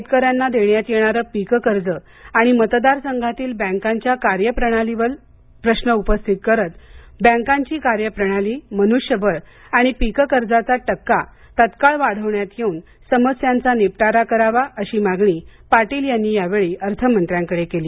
शेतकऱ्यांना देण्यात येणारं पीककर्ज आणि मतदार संघातील बँकांच्या कार्यप्रणालीवर प्रश्न उपस्थित करत बँकांची कार्यप्रणाली मनुष्यबळ आणि पिककर्जाचा टक्का तात्काळ वाढविण्यात येऊन समस्यांचा निपटारा करावा अशी मागणी पाटील यांनी यावेळी अर्थमंत्र्यांकडे केली